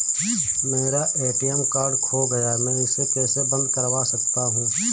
मेरा ATM card खो गया है मैं इसे कैसे बंद करवा सकता हूँ?